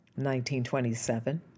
1927